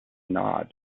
nod